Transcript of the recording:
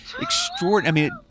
extraordinary